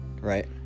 right